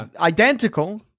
identical